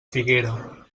figuera